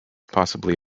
possibly